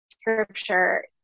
scripture